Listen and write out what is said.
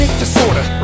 Disorder